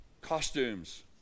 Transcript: Costumes